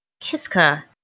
Kiska